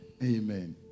amen